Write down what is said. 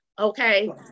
okay